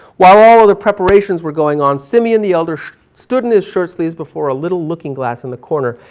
while all other preparations were going on, simeon the elder stood in his short sleeves before a little looking glass in the corner,